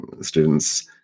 students